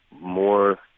more